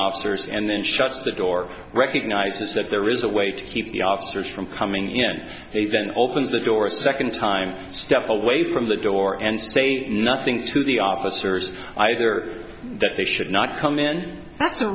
officers and then shuts the door recognizes that there is a way to keep the officers from coming in and then opens the door a second time step away from the door and say nothing to the officers either that they should not come in that's a